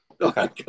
Okay